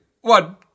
one